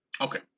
Okay